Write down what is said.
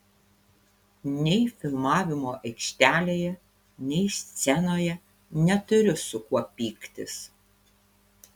nei filmavimo aikštelėje nei scenoje neturiu su kuo pyktis